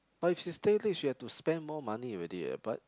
but if she stay late she had to spend more money already eh but